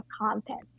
content